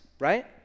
Right